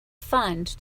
fund